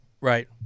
Right